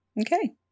Okay